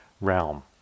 realm